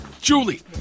Julie